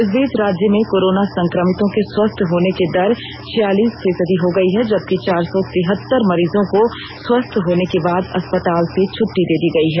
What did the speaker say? इस बीच राज्य में कोरोना संक्रमितों के स्वस्थ होने की दर छियालीस फीसदी हो गई है जबकि चार सौ तिहत्तर मरीजों को स्वस्थ होने के बाद अस्पताल से छुटटी दे दी गई है